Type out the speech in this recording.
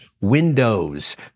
windows